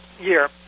year